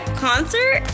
concert